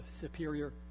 superior